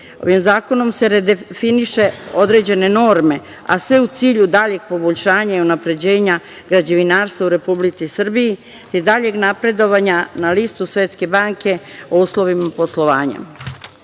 Ovim zakonom se redefinišu određene norme, a sve u cilju daljeg poboljšanja i unapređenja i građevinarstva u Republici Srbiji, daljeg napredovanja na listi Svetske banke o uslovima poslovanja. Predlog